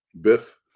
Biff